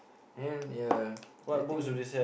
and ya I think